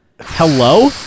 Hello